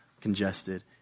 congested